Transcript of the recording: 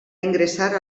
ingressar